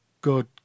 good